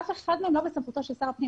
אף אחד מהם לא בסמכותו של שר הפנים.